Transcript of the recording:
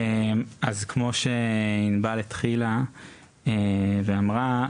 אז כמו שענבל התחילה ואמרה,